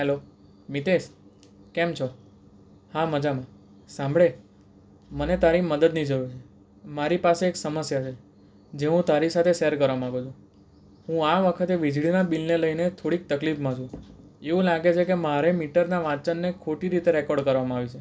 hello Mitesh કેમ છો હા મજામાં સાંભળે મને તારી મદદની જરૂર છે મારી પાસે એક સમસ્યા છે જે હું તારી સાથે શેર કરવા માંગું છું હું આ વખતે વીજળીના બિલને લઈને થોડીક તકલીફમાં છું એવું લાગે છે કે મારે મીટરના વાંચનને ખોટી રીતે રેકોર્ડ કરવામાં આવેલ છે